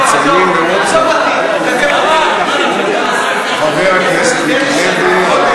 סגן שר האוצר חבר הכנסת מיקי לוי.